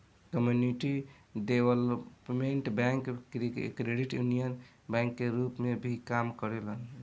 community development bank credit union bank के रूप में भी काम करेला